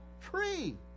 tree